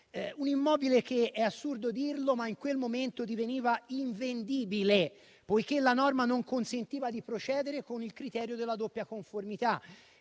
di pareti. Sembra assurdo dirlo, ma l'immobile in quel momento diveniva invendibile, perché la norma non consentiva di procedere con il criterio della doppia conformità.